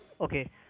Okay